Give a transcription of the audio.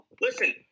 Listen